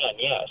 yes